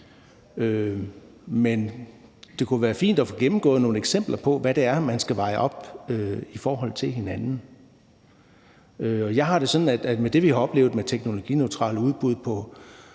men det kunne være fint at få gennemgået nogle eksempler på, hvad det er, man skal veje op mod hinanden. Med det, vi har oplevet med teknologineutrale udbud i